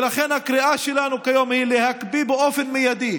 ולכן הקריאה שלנו כיום היא להקפיא באופן מיידי